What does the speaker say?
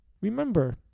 Remember